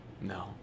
No